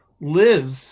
lives